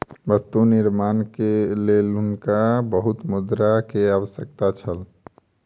वस्तु निर्माणक लेल हुनका बहुत मुद्रा के आवश्यकता छल